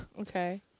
Okay